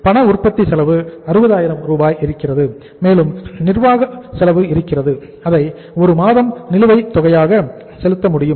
பண உற்பத்தி செலவு 60000 இருக்கிறது மேலும் நிர்வாக செலவு இருக்கிறது அதை 1 மாதம் நிலுவைத் தொகையாக செலுத்த முடியும்